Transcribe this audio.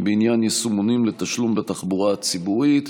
בעניין יישומונים לתשלום בתחבורה הציבורית.